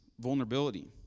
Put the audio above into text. vulnerability